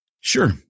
Sure